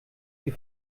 die